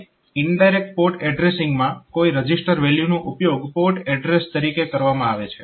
અને indirect port એડ્રેસીંગમાં કોઈ રજીસ્ટર વેલ્યુનો ઉપયોગ પોર્ટ એડ્રેસ તરીકે કરવામાં આવે છે